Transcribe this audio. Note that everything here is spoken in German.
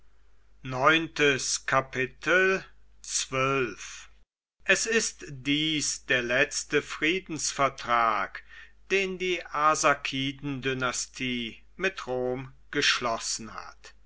es ist dies der letzte friedensvertrag den die arsakidendynastie mit rom geschlossen hat